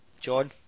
John